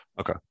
Okay